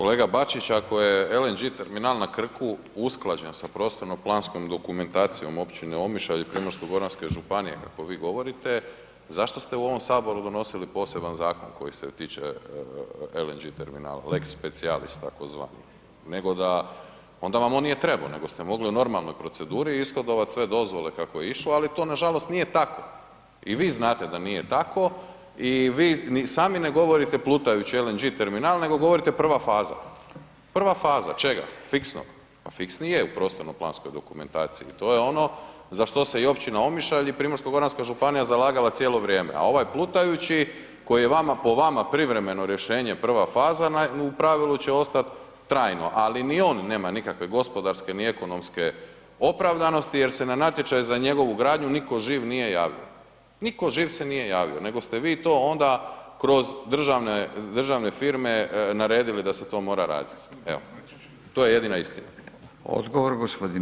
Kolega Bačić, ako je LNG terminal na Krku usklađen sa prostorno planskom dokumentacijom općine Omišalj u Primosrko-goranskoj županiji kako vi govorite, zašto ste u ovom Saboru donosili poseban zakon koji se tiče LNG terminala, lex specialis takozvani nego da, onda vam on nije trebo, nego ste mogli u normalnoj proceduri ishodovat sve dozvole kako je išlo, ali to nažalost nije tako i vi znate da nije tako i vi ni sami ne govorite plutajući LNG terminal nego govorite prva faza, prva faza, čega, fiksnog, pa fiksni je u prostorno planskoj dokumentaciji, to je ono za što se i općina Omišalj i Primorsko-goranska županija zalagala cijelo vrijeme, a ovaj plutajući koji je vama, po vama privremeno rješenje prva faza u pravilu će ostat trajno, ali ni on nema nikakve gospodarske ni ekonomske opravdanosti jer se na natječaj za njegovu gradnju niko živ nije javio, niko živ se nije javio nego ste vi to onda kroz državne, državne firme naredili da se to mora radit, evo to je jedina istina.